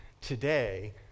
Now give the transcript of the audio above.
today